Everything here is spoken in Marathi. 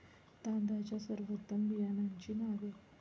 तांदळाच्या सर्वोत्तम बियाण्यांची नावे?